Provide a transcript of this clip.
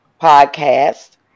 podcast